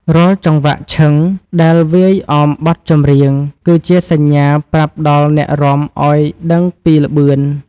រាល់ចង្វាក់ឈឹងដែលវាយអមបទចម្រៀង គឺជាសញ្ញាប្រាប់ដល់អ្នករាំឱ្យដឹងពីល្បឿន។